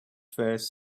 firs